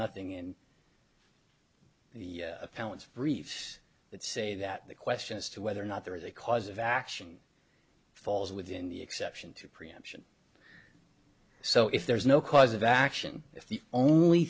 nothing in the appellants briefs that say that the question as to whether or not there is a cause of action falls within the exception to preemption so if there is no cause of action if the only